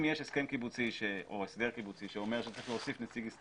אם יש הסכם קיבוצי או הסדר קיבוצי שאומר שיהיה